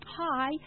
Hi